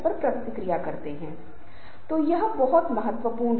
समूह निर्णय लेना काफी हद तक सूचना और संदेश प्रसारण की गुणवत्ता पर निर्भर करता है